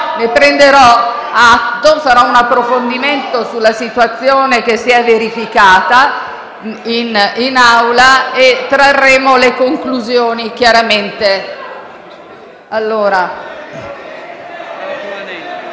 ne prenderò atto, compirò un approfondimento sulla situazione che si è verificata in Aula e trarremo le conclusioni.